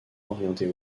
orientée